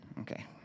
Okay